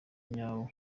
nyawo